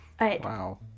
Wow